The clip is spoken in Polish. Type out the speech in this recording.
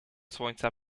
słońca